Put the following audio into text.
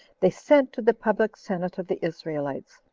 they sent to the public senate of the israelites,